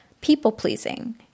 people-pleasing